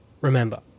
Remember